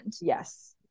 yes